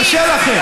קשה לכם.